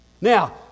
Now